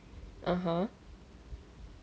(uh huh)